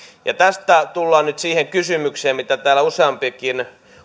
tästä tullaan nyt siihen kysymykseen mitä täällä useampikin